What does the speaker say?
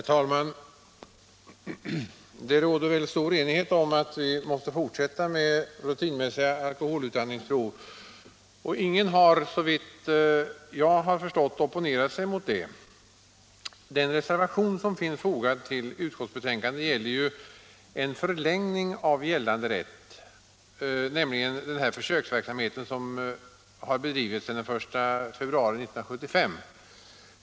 Nr 49 Herr talman! Det råder stor enighet om att vi måste fortsätta med Fredagen den rutinmässiga alkoholutandningsprov. Ingen har, såvitt jag förstått, op 17 december 1976 ponerat sig emot detta. Den reservation som finns fogad till utskotts= IL betänkandet rör ju en förlängning av gällande rätt — nämligen den för — Alkoholutandningssöksverksamhet som bedrivits sedan den 1 februari 1975.